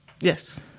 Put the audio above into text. Yes